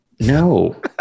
No